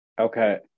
Okay